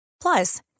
Plus